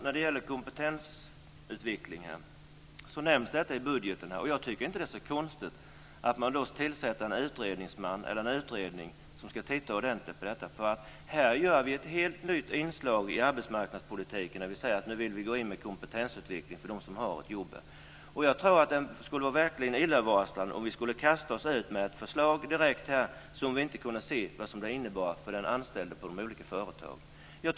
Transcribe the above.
Fru talman! Kompetensutvecklingen nämns i budgeten. Jag tycker inte att det är så konstigt att man tillsätter en utredningsman eller en utredning som ska titta ordentligt på detta. Här gör vi ett helt nytt inslag i arbetsmarknadspolitiken när vi nu vill gå in med kompetensutveckling för dem som har ett jobb. Det skulle verkligen vara illavarslande om vi skulle kasta oss ut med ett förslag som vi inte kan se vad det innebär för de anställda på olika företag.